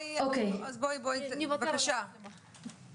במצב של סגר,